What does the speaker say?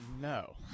No